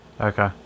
Okay